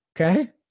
Okay